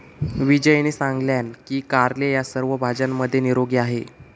विजयने सांगितलान की कारले ह्या सर्व भाज्यांमध्ये निरोगी आहे